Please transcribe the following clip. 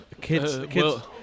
Kids